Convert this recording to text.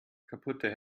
kaputte